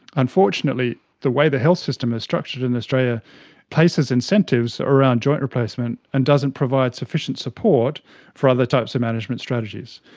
unfortunately the way the health system is structured in australia places incentives around joint replacement and doesn't provide sufficient support for other types of management strategies.